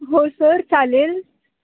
हो सर चालेल